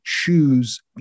choose